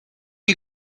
you